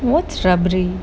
what's rabri